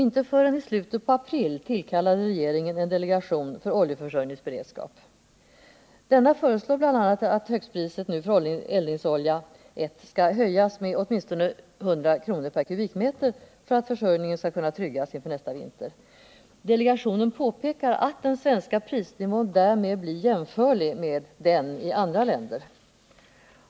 Inte förrän i slutet av april tillkallade regeringen en delegation för oljeförsörjningsberedskap. Denna föreslår bl.a. att högstpriset för eldningsolja I skall höjas med åtminstone 100 kr./m? för att försörjningen skall kunna tryggas inför nästa vinter. Delegationen påpekar att den svenska prisnivån därmed blir jämförlig med den i andra länder.